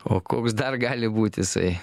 o koks dar gali būt jisai